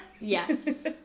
Yes